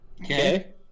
Okay